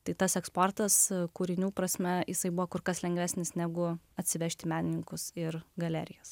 tai tas eksportas kūrinių prasme jisai buvo kur kas lengvesnis negu atsivežti menininkus ir galerijas